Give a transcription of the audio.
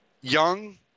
young